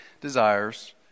desires